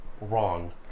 wrong